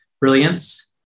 brilliance